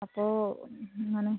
അപ്പോൾ അങ്ങനെ